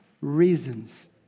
reasons